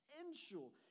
essential